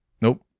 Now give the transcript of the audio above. Nope